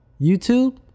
YouTube